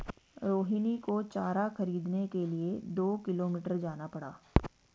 रोहिणी को चारा खरीदने के लिए दो किलोमीटर जाना पड़ा